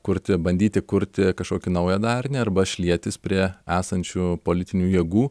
kurti bandyti kurti kažkokį naują darinį arba šlietis prie esančių politinių jėgų